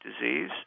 disease